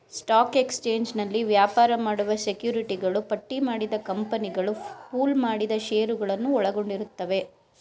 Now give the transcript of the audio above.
stock ಎಕ್ಸ್ಚೇಂಜ್ನಲ್ಲಿ ವ್ಯಾಪಾರ ಮಾಡುವ ಸೆಕ್ಯುರಿಟಿಗಳು ಪಟ್ಟಿಮಾಡಿದ ಕಂಪನಿಗಳು ಪೂಲ್ ಮಾಡಿದ ಶೇರುಗಳನ್ನ ಒಳಗೊಂಡಿರುತ್ತವೆ